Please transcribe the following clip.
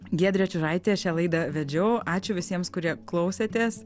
giedrė čiužaitė šią laidą vedžiau ačiū visiems kurie klausėtės